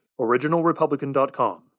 originalrepublican.com